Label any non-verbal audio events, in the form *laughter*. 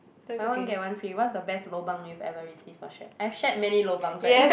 buy one get one free what's the best lobang you've ever received for shared I've shared many lobangs right *laughs*